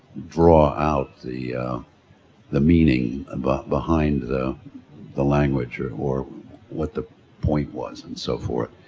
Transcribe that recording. draw out the the meaning ah but behind the the language or or what the point was and so forth.